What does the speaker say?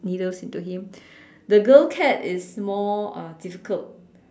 needles into him the girl cat is more uh difficult